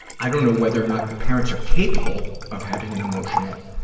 i don't know whether or not your parents are capable of having an emotional,